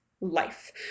life